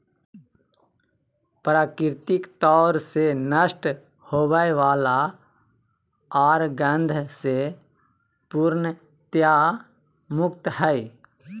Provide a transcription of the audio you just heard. प्राकृतिक तौर से नष्ट होवय वला आर गंध से पूर्णतया मुक्त हइ